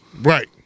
Right